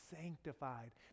sanctified